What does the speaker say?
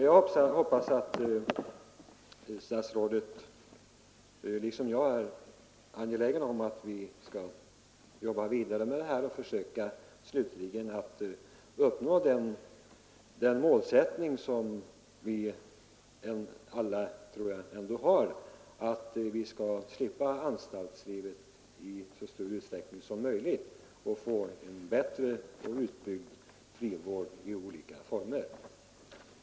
Jag hoppas att statsrådet, liksom jag, är angelägen om att vi skall jobba vidare med de här problemen och försöka att slutligen nå det mål som vi alla, tror jag, ändå har, nämligen att vårt samhälle skall slippa anstaltslivet i så stor utsträckning som möjligt och få en bättre, utbyggd frivård i olika former.